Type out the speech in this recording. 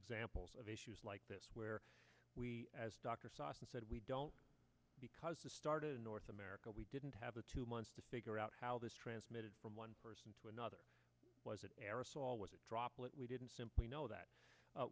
examples of issues like this where we as dr sausan said we don't because the started in north america we didn't have the two months to figure out how this transmitted from one person to another was an aerosol was a droplet we didn't simply know that